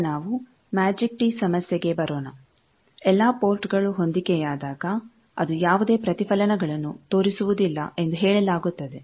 ಈಗ ನಾವು magic tee ಸಮಸ್ಯೆಗೆ ಬರೋಣ ಎಲ್ಲಾ ಪೋರ್ಟ್ಗಳು ಹೊಂದಿಕೆಯಾದಾಗ ಅದು ಯಾವುದೇ ಪ್ರತಿಫಲನಗಳನ್ನು ತೋರಿಸುವುದಿಲ್ಲ ಎಂದು ಹೇಳಲಾಗುತ್ತದೆ